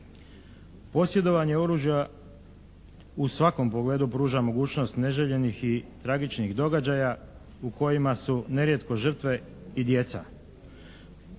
Posjedovanje oružja u svakom pogledu pruža mogućnost neželjenih i tragičnih događaja u kojima su nerijetko žrtve i djeca.